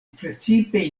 precipe